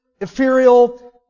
ethereal